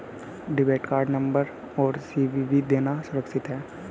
Debit card number और CVV देना सुरक्षित है?